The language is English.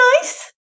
nice